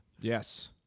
Yes